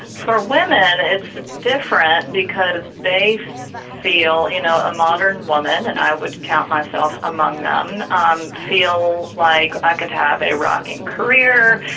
for women it's different because they feel, you know, a modern women and i would count myself among them and um feel like i could have a rocking career,